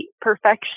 perfection